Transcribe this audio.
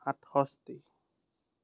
আঠষষ্ঠি